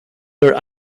their